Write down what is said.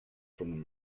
from